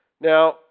Now